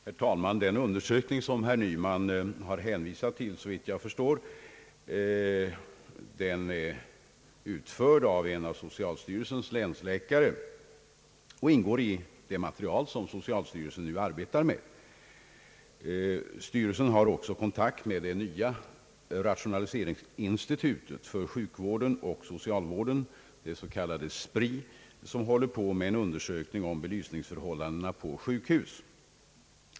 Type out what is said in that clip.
Herr talman! Den undersökning som herr Nyman hänvisar till är utförd av en av socialstyrelsens länsläkare och ingår i det material som socialstyrelsen nu arbetar med. Styrelsen har också kontakt med det nya rationaliseringsinstitutet för sjukvården och socialvården, det s.k. SPRI, som gör en undersökning om belysningsförhållandena på sjukhus.